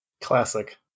classic